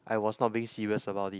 I was not being serious about it